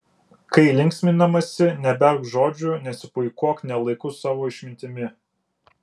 kai linksminamasi neberk žodžių nesipuikuok ne laiku savo išmintimi